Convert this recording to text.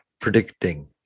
predicting